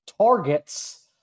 targets